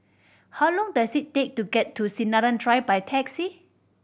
how long does it take to get to Sinaran Drive by taxi